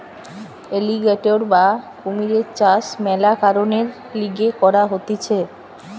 alligator বা কুমিরের চাষ মেলা কারণের লিগে করা হতিছে